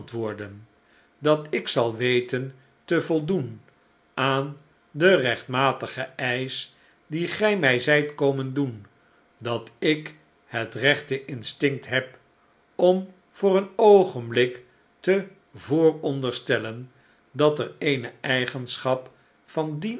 dat ik zal weten te voldoen aan den rechtmatigen eisch dien gij mij zijt komen doen dat ik het rechte instinct heb om voor een oogenblik te vooronderstellen dat er eene eigenschap van dien